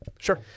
sure